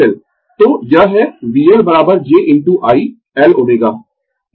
तो यह है VL j into I L ω